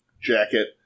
jacket